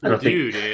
dude